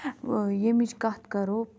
ییٚمِچ کَتھ کَرو